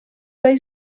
dai